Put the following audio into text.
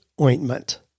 ointment